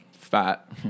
fat